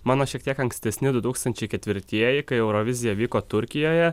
mano šiek tiek ankstesni du tūkstančiai ketvirtieji kai eurovizija vyko turkijoje